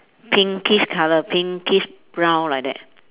pinkish colour pinkish brown like that